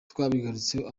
twabigarutseho